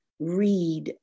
read